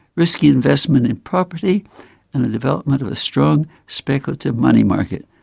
risky investment in property and the development of a strong speculative money market,